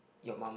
your mum